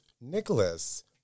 Nicholas